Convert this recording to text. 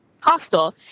hostel